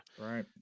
Right